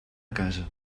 casa